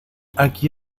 aquí